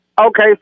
Okay